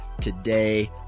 today